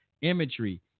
imagery